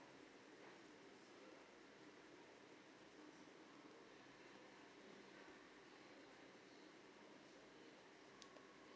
the